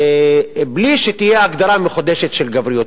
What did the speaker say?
בלי שתהיה הגדרה מחודשת של גבריות.